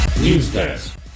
Newsdesk